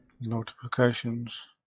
Notifications